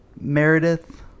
meredith